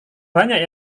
banyak